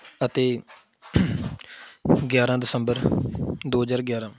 ਅਤੇ ਗਿਆਰਾਂ ਦਸੰਬਰ ਦੋ ਹਜ਼ਾਰ ਗਿਆਰਾਂ